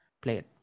plate